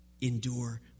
Endure